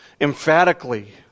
emphatically